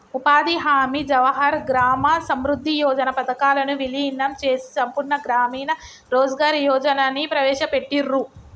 ఉపాధి హామీ, జవహర్ గ్రామ సమృద్ధి యోజన పథకాలను వీలీనం చేసి సంపూర్ణ గ్రామీణ రోజ్గార్ యోజనని ప్రవేశపెట్టిర్రు